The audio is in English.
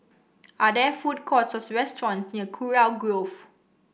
are there food courts restaurants near Kurau Grove